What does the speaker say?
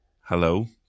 Hello